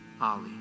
Ali